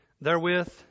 Therewith